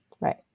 Right